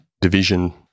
division